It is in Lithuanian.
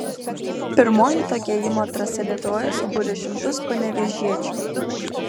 pirmoji tokia ėjimo trasa lietuvoje subūrė šimtus panevėžiečių